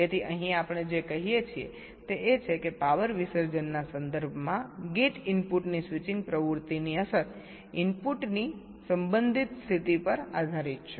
તેથી અહીં આપણે જે કહીએ છીએ તે એ છે કે પાવર વિસર્જનના સંદર્ભમાં ગેટ ઇનપુટની સ્વિચિંગ પ્રવૃત્તિની અસર ઇનપુટની સંબંધિત સ્થિતિ પર આધારિત છે